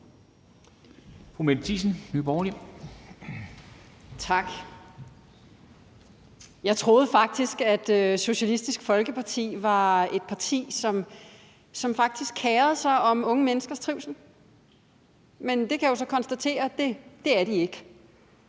Mette Thiesen (NB): Tak. Jeg troede faktisk, at Socialistisk Folkeparti var et parti, som kerede sig om unge menneskers trivsel, men det kan jeg så konstatere de ikke